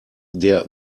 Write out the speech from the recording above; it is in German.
der